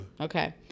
Okay